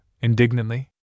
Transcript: indignantly